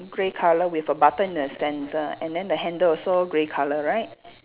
grey colour with a button in the centre and then the handle also grey colour right